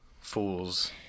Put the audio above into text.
Fools